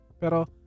Pero